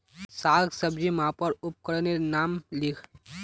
साग सब्जी मपवार उपकरनेर नाम लिख?